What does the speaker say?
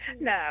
No